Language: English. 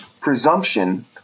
presumption